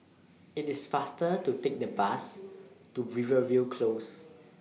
IT IS faster to Take The Bus to Rivervale Close